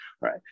Right